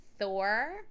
Thor